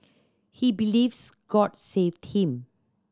he believes God saved him